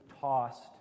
tossed